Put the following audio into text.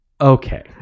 Okay